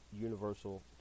Universal